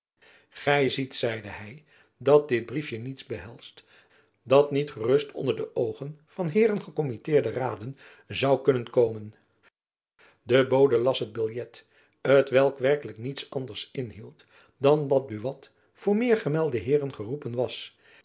gy ziet zeide hy dat dit briefjen niets behelst wat niet gerust onder de oogen van heeren gekommitteerde raden zoû kunnen komen de bode las het biljet t welk werkelijk niets anders inhield dan dat buat voor meergemelde heeren geroepen was